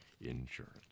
Insurance